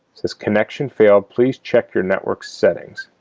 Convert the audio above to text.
this connection failed please check your network settings